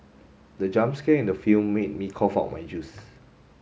the jump scare in the film made me cough out my juice